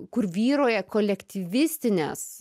kur vyrauja kolektyvistinės